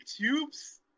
tubes